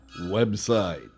website